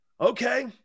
Okay